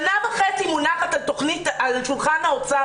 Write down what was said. שנה וחצי מונחת התוכנית על שולחן האוצר,